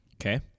Okay